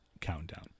Countdown